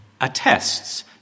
attests